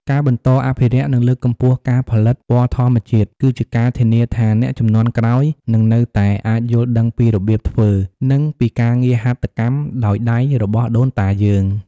ការបន្តអភិរក្ស និងលើកកម្ពស់ការផលិតពណ៌ធម្មជាតិ គឺជាការធានាថាអ្នកជំនាន់ក្រោយនឹងនៅតែអាចយល់ដឹងពីរបៀបធ្វើ និងពីការងារហាត់កម្មដោយដៃរបស់ដូនតាយើង។